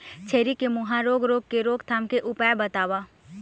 छेरी के मुहा रोग रोग के रोकथाम के उपाय बताव?